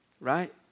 right